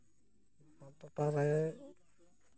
ᱨᱮ